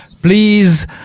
Please